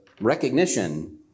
recognition